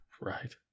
Right